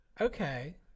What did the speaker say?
okay